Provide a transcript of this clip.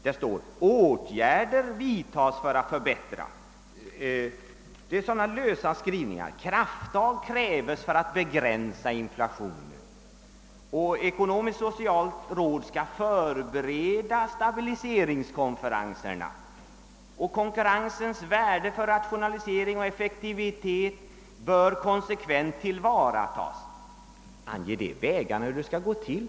Det står: »Åtgärder vidtas för att för bättra ———», »Krafttag kräves för att begränsa inflationen ———», »Ett ekonomisk-socialt råd ——— bör inrättas, i syfte att ——— förbereda ——— stabiliseringskonferenserna», »Konkurrensens värde för rationalisering, effektivitet ——— bör konsekvent tillvaratas.» Sådana lösa skrivningar är det! Anger det vägarna för hur det skall gå till?